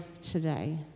today